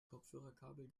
kopfhörerkabel